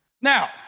Now